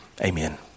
Amen